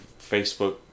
Facebook